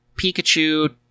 Pikachu